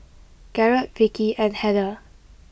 Garrett Vikki and Heather